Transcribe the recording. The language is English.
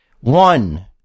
one